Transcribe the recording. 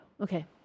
Okay